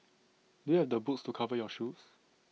do you have the boots to cover your shoes